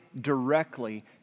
directly